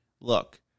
look